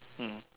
mm